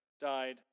died